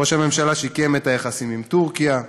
ראש הממשלה שיקם את היחסים עם טורקיה,